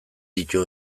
ditu